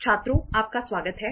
छात्रों आपका स्वागत है